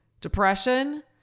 depression